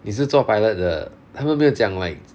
你是做 pilot 的他们没有讲 like